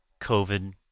COVID